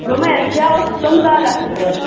دوٚپمے حَظ کیٛاہ اوس کٕم گاڈٕ آسوٕ ضروٗرت